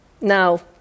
Now